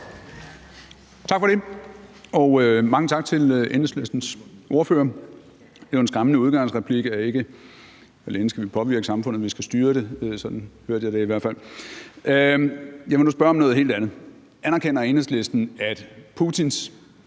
Tak for det, og mange tak til Enhedslistens ordfører. Det er jo en skræmmende udgangsreplik, at vi ikke alene skal påvirke samfundet, men at vi også skal styre det. Sådan hørte jeg det i hvert fald. Jeg vil nu spørge om noget helt andet: Anerkender Enhedslisten, at Putin